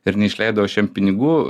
ir neišleidau aš jam pinigų